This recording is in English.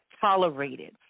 tolerated